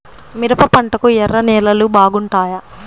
మిరప పంటకు ఎర్ర నేలలు బాగుంటాయా?